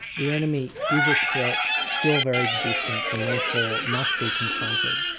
the enemy is a threat to your very existence, and therefore must be confronted.